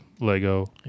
lego